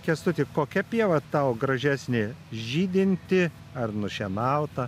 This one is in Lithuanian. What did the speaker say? kęstuti kokia pieva tau gražesnė žydinti ar nušienauta